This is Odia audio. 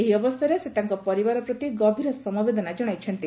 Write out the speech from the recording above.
ଏହି ଅବସରରେ ସେ ତାଙ୍କ ପରିବାର ପ୍ରତି ଗଭୀର ସମବେଦନା ଜଣାଇଛନ୍ତି